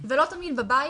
ולא תמיד בבית,